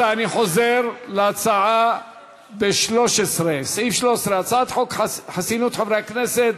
אני חוזר להצעה בסעיף 13: הצעת חוק חסינות חברי הכנסת,